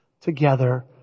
together